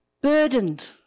burdened